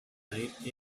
night